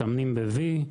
מסמנים ב-V,